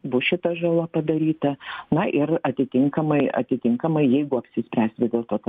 bus šita žala padaryta na ir atitinkamai atitinkamai jeigu apsispręs visdėlto kad